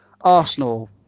Arsenal